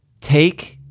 take